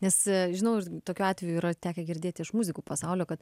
nes žinau ir tokių atvejų yra tekę girdėti iš muzikų pasaulio kad